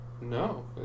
No